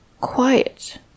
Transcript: quiet